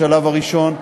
בשלב הראשון,